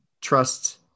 trust